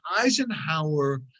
Eisenhower